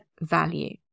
value